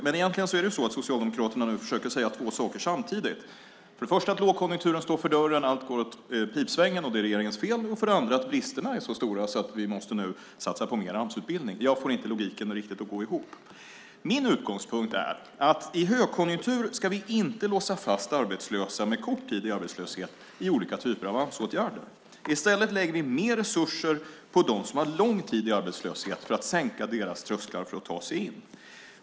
Men egentligen försöker Socialdemokraterna säga två saker samtidigt. För det första: Lågkonjunkturen står för dörren, allt går åt pipsvängen, och det är regeringens fel. För det andra: Bristerna är så stora att vi nu måste satsa på mer Amsutbildning. Jag får inte riktigt logiken att gå ihop. Min utgångspunkt är att i högkonjunktur ska vi inte låsa fast arbetslösa med kort tid i arbetslöshet i olika typer av Amsåtgärder. I stället lägger vi mer resurser på dem som har lång tid i arbetslöshet för att sänka deras trösklar för att ta sig in.